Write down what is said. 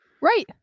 Right